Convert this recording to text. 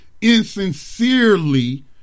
Insincerely